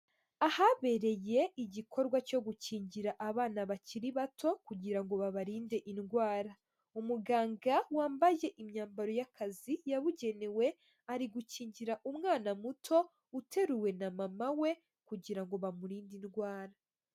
Ahabereye igikorwa cyo gukingira abana bakiri bato kugira ngo babarinde indwara, umuganga wambaye imyambaro y'akazi yabugenewe ari gukingira umwana muto uteruwe na mama we kugira ngo bamurinde indwara.